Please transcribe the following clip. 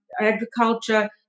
agriculture